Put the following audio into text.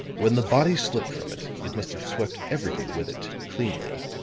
when the body slipped from it, it must have swept everything with it, cleanly.